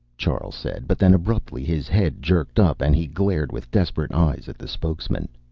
charl said, but then, abruptly, his head jerked up, and he glared with desperate eyes at the spokesman.